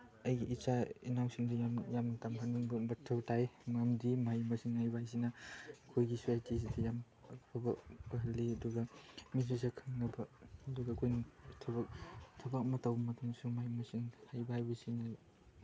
ꯑꯩꯒꯤ ꯏꯆꯥ ꯏꯅꯥꯎꯁꯤꯡꯁꯨ ꯌꯥꯝ ꯇꯝꯍꯟꯅꯤꯡꯕ ꯃꯊꯧ ꯇꯥꯏ ꯃꯔꯝꯗꯤ ꯃꯍꯩ ꯃꯁꯤꯡ ꯍꯩꯕ ꯍꯥꯏꯁꯤꯅ ꯑꯩꯈꯣꯏꯒꯤ ꯁꯣꯁꯥꯏꯇꯤꯁꯤꯗ ꯌꯥꯝ ꯑꯐꯕ ꯑꯣꯏꯍꯜꯂꯤ ꯑꯗꯨꯒ ꯃꯤꯁꯛꯁꯨ ꯈꯪꯅꯕ ꯑꯗꯨꯒ ꯑꯩꯈꯣꯏꯅ ꯊꯕꯛ ꯊꯕꯛ ꯑꯃ ꯇꯧꯕ ꯃꯇꯝꯗꯁꯨ ꯃꯍꯩ ꯃꯁꯤꯡ ꯍꯩꯕ ꯍꯥꯏꯕꯁꯤꯅ